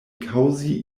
kaŭzi